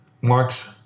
Marx